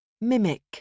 Mimic